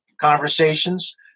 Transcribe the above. conversations